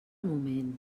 moment